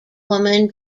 woman